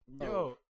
Yo